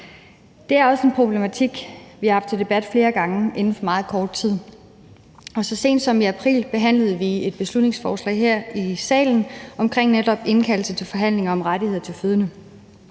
Det er også en problematik, vi har haft oppe i en debat flere gange inden for meget kort tid. Så sent som i april behandlede vi et beslutningsforslag her i salen om netop indkaldelse til forhandlinger om rettigheder til fødende.